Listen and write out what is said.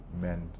men